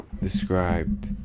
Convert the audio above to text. described